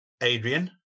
Adrian